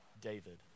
David